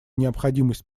необходимость